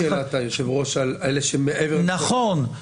נכון.